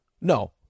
No